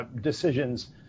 decisions